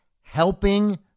helping